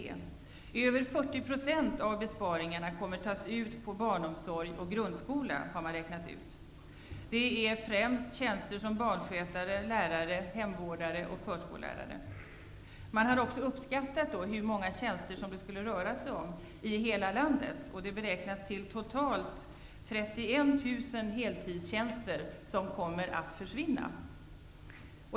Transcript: Man har räknat ut att över 40 % av besparingarna kommer att tas ut på barnomsorg och grundskola. Det slår främst mot tjänster som barnskötare, lärare, hemvårdare och förskollärare. SKTF har också uppskattat hur många tjänster det rör sig om i hela landet. Totalt ca 31 000 heltidstjänster kommer att försvinna.